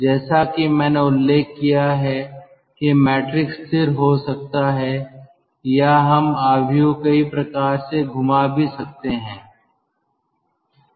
जैसा कि मैंने उल्लेख किया है कि मैट्रिक्स स्थिर हो सकता है या हम मैट्रिक्स कई प्रकार से घूमा भी सकते हैं